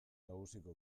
nagusiko